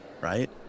Right